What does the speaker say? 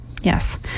Yes